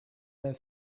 their